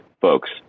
folks